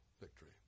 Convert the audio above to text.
victory